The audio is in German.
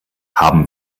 haben